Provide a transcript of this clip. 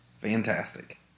fantastic